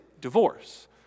divorce